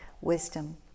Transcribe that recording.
wisdom